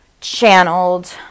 channeled